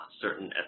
certain